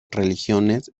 religiones